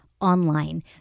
online